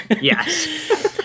yes